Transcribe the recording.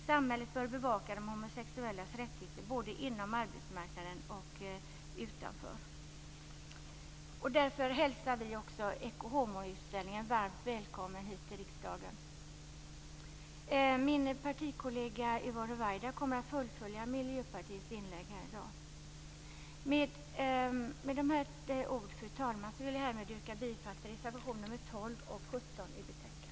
Samhället bör bevaka de homosexuellas rättigheter både inom och utanför arbetsmarknaden. Därför hälsar vi också Ecce Homo-utställningen varmt välkommen hit till riksdagen. Min partikollega Yvonne Ruwaida kommer att fullfölja Miljöpartiets inlägg här i dag. Med dessa ord, fru talman, vill jag härmed yrka bifall till reservationerna nr 12 och 17 i betänkandet.